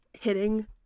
hitting